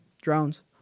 Drones